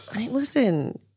listen